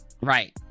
Right